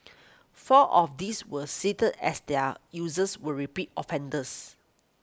four of these were seized as their users were repeat offenders